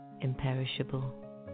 imperishable